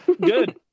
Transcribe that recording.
Good